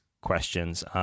questions